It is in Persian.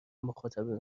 مخاطبین